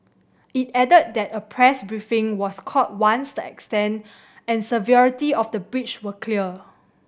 it added that a press briefing was called once the extent and severity of the breach were clear